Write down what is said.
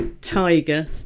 Tiger